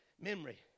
Memory